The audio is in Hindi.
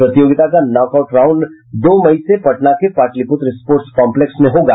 प्रतियोगिता का नॉक आउट राउंड दो मई से पटना के पाटलिपुत्र स्पोर्टस कॉम्पलेक्स में होगा